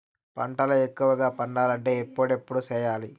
పంటల ఎక్కువగా పండాలంటే ఎప్పుడెప్పుడు సేయాలి?